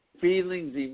feelings